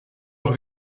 auch